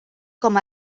com